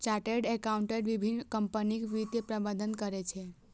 chartered accountant विभिन्न कंपनीक वित्तीय प्रबंधन करै छै